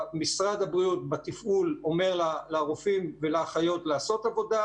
משרד הבריאות בתפעול אומר לרופאים ולאחיות לעשות עבודה,